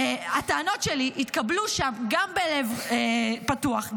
הטענות שלי התקבלו שם גם בלב פתוח,